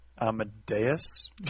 Amadeus